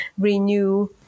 renew